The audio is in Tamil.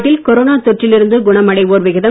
நாட்டில் கொரோனா தொற்றில் இருந்து குணமடைவோர் விகிதம்